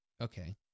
Okay